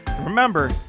Remember